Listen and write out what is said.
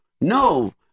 No